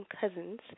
cousins